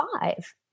five